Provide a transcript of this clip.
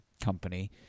company